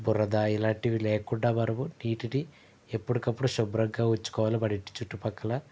బురద ఇలాంటివి లేకుండా మనం నీటిని ఎప్పటికప్పుడు శుభ్రంగా ఉంచుకోవాలి మన ఇంటి చుట్టు పక్కల